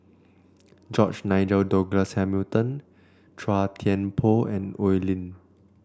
George Nigel Douglas Hamilton Chua Thian Poh and Oi Lin